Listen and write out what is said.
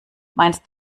meinst